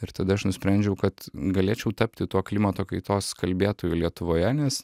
ir tada aš nusprendžiau kad galėčiau tapti tuo klimato kaitos kalbėtoju lietuvoje nes